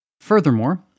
Furthermore